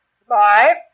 Goodbye